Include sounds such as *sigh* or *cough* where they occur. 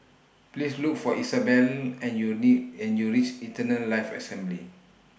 Please Look For Isabelle and YOU *unintelligible* and YOU REACH Eternal Life Assembly